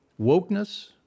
Wokeness